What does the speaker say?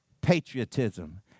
patriotism